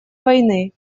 войны